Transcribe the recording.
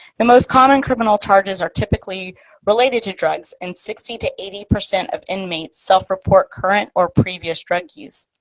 the most common criminal charges are typically related to drugs in sixty to eighty percent of inmates self-report current or previous drug use.